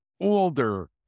older